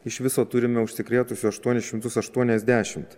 iš viso turime užsikrėtusių aštuonis šimtus aštuoniasdešimt